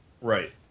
Right